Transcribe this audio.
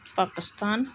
Pakistan